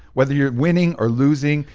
whether you're winning or losing.